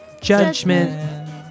Judgment